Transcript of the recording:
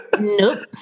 Nope